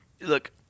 look